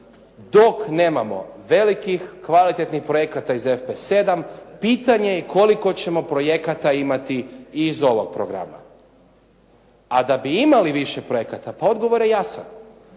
dok nemamo velikih kvalitetnih projekata iz FP7, pitanje je koliko ćemo projekata imati i iz ovog programa, a da bi imali više projekata, pa odgovor je jasan.